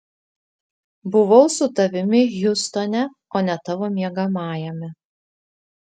buvau su tavimi hjustone o ne tavo miegamajame